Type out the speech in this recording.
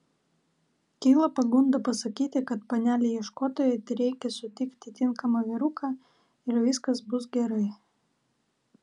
kyla pagunda pasakyti kad panelei ieškotojai tereikia sutikti tinkamą vyruką ir viskas bus gerai